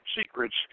secrets